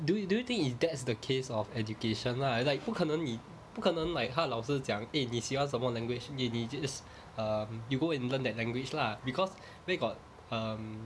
do you do you think if that's the case of education lah like 不可能你不可能 like 他老师讲 eh 你喜欢什么 language 你你 just um you go and learn that language lah because where got um